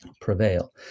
prevail